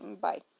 Bye